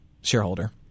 shareholder